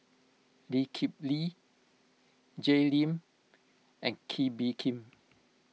Lee Kip Lee Jay Lim and Kee Bee Khim